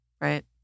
right